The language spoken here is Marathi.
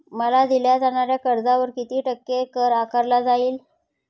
मला दिल्या जाणाऱ्या कर्जावर किती टक्के कर आकारला जाईल?